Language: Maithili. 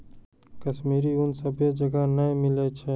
कश्मीरी ऊन सभ्भे जगह नै मिलै छै